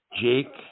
Jake